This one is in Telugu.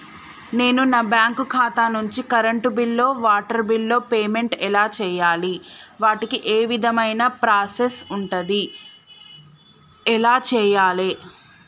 నేను నా బ్యాంకు ఖాతా నుంచి కరెంట్ బిల్లో వాటర్ బిల్లో పేమెంట్ ఎలా చేయాలి? వాటికి ఏ విధమైన ప్రాసెస్ ఉంటది? ఎలా చేయాలే?